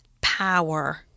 power